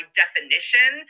definition